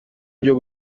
byo